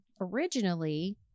originally